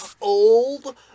Old